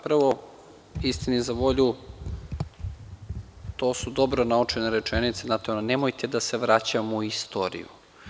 Prvo, istini za volju, to su dobro naučene rečenice, znate ono – nemojte da se vraćamo u istoriju.